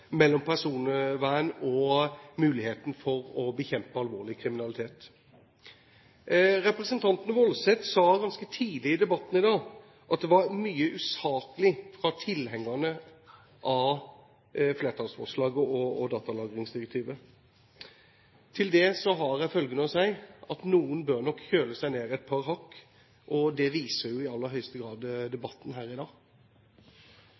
mellom personvern og muligheten for å bekjempe alvorlig kriminalitet. Representanten Woldseth sa ganske tidlig i debatten i dag at det var mye usaklig fra tilhengerne av flertallsforslaget og datalagringsdirektivet. Til det har jeg følgende å si: Noen bør nok kjøle seg ned et par hakk. Det viser jo i høyeste grad